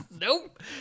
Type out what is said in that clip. nope